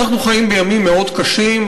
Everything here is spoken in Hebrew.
אנחנו חיים בימים מאוד קשים,